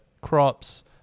crops